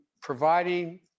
providing